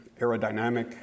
aerodynamic